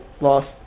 lost